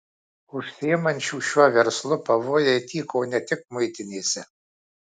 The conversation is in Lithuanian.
užsiimančių šiuo verslu pavojai tyko ne tik muitinėse